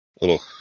little